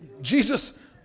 Jesus